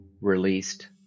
released